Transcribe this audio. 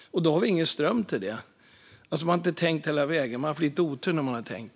Då har man ingen ström till det. Man har inte tänkt hela vägen - man har haft lite otur när man tänkt.